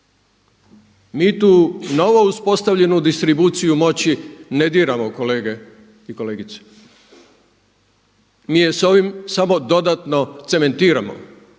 Mi tu novo uspostavljenu distribuciju moći ne diramo kolege i kolegice. Mi je s ovim samo dodatno cementiramo